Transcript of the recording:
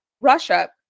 Russia